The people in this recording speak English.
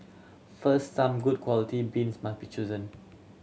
first some good quality beans must be chosen